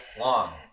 long